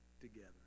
together